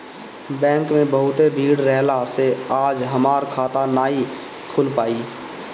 bank में बहुते भीड़ रहला से आज हमार खाता नाइ खुल पाईल